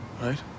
Right